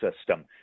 system